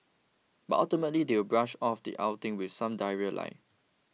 but ultimately they will brush off the outing with some diarrhoea lie